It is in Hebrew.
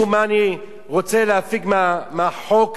מה אני רוצה להפיק מהחוק הזה,